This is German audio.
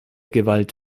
gewalt